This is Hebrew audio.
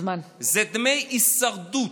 זה דמי הישרדות.